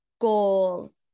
goals